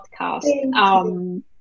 podcast